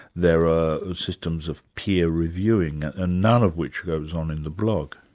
there are systems of peer reviewing, ah none of which goes on in the blog.